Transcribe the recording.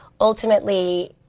ultimately